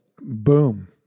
Boom